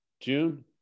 June